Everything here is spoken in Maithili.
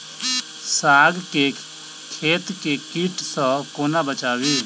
साग केँ खेत केँ कीट सऽ कोना बचाबी?